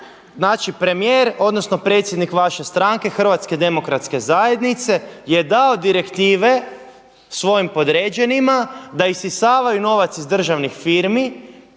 znači premijer, odnosno predsjednik vaše stranke HDZ-a je dao direktive svojim podređenima da isisavaju novac iz državnih firmi,